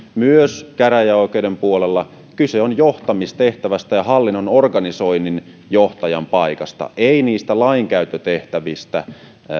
myös käräjäoikeuden puolella johtamistehtävästä ja hallinnon organisoinnin johtajan paikasta ei lainkäyttötehtävistä